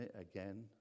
again